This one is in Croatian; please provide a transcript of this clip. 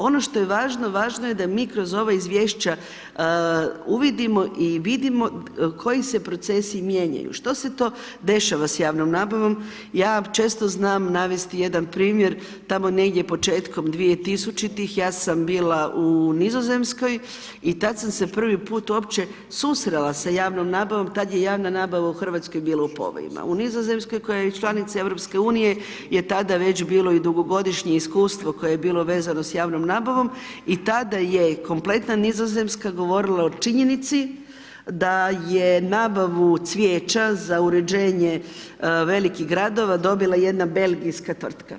Ono što je važno, važno je da mi kroz ova izvješća uvidimo i vidimo koje se procesi mijenjaju, što se to dešava sa javnom nabavom, ja često znam navesti jedan primjer tamo negdje početkom 2000-ih ja sam bila u Nizozemskoj i tad sam se prvi put uopće susrela sa javnom nabavom, tad je javna nabava u Hrvatskoj bila i povojima, u Nizozemskoj koja je članica EU-a je tada već bilo i dugogodišnje iskustvo koje bilo vezano sa javnom nabavom i tada je kompletna Nizozemska govorila o činjenici da je nabavu cvijeća za uređenje velikih gradova dobila jedna belgijska tvrtka.